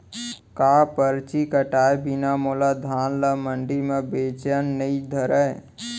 का परची कटाय बिना मोला धान ल मंडी म बेचन नई धरय?